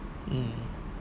mm